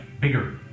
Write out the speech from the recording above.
bigger